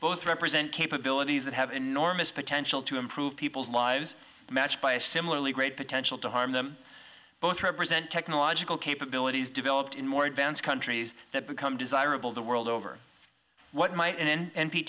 both represent capabilities that have enormous potential to improve people's lives matched by a similarly great potential to harm them both represent technological capabilities developed in more advanced countries that become desirable the world over what m